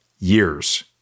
years